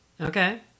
Okay